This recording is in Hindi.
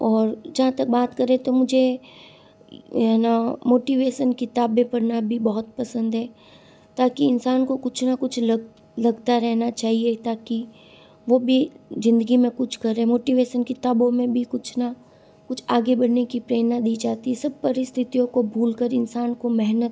और जहाँ तक बात करें तो मुझे न मोटिवेशन किताबें पढ़ना भी बहुत पसंद है ताकि इंसान को कुछ न कुछ लग लगता रहना चाहिए ताकि वह भी ज़िंदगी में कुछ करे मोटिवेशन किताबों में भी कुछ न कुछ आगे बढ़ने की प्रेरणा दी जाती सब परिस्थितियों को भूल कर इंसान को मेहनत